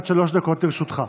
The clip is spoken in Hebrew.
עד שלוש דקות לרשותך.